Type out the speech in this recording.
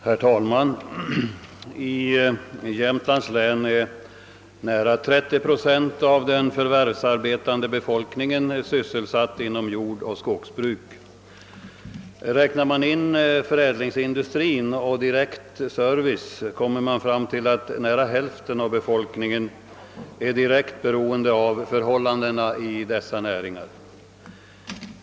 Herr talman! I Jämtands län är nära 30 procent av den förvärvsarbetande befolkningen sysselsatt inom jordoch skogsbruk. Räknar man in förädlingsindustrin och direkt service kommer man fram till att nära hälften av befolkningen är helt beroende av förhållandena i dessa näringar.